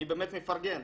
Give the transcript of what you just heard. אני באמת מפרגן,